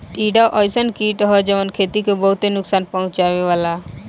टिड्डा अइसन कीट ह जवन खेती के बहुते नुकसान पहुंचावेला